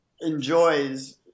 enjoys